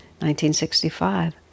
1965